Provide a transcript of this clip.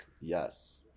Yes